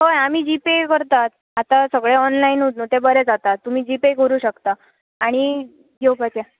हय आमी G Pay करतात आता सगळें ओनलायानूच न्हय तें बरें जातात तुमी जी पे करूं शकतात आनी येवपाचें